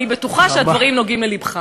אני בטוחה שהדברים נוגעים ללבך.